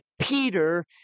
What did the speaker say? Peter